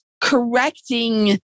correcting